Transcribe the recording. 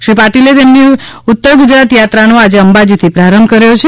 શ્રી પાટિલે તેમની ઉત્તર ગુજરાત થાત્રાનો આજે અંબાજીથી પ્રારંભ કર્યો છે